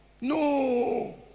No